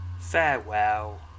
farewell